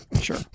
Sure